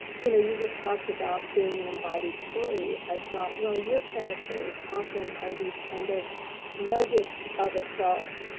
you know you just talked about being an embodied story. i thought, well, your characters often are these kinds kind of nuggets of a self.